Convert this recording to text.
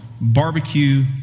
barbecue